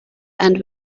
and